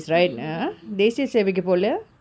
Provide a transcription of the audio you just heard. he did he did already